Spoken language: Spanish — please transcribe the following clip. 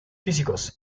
físicos